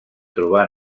trobar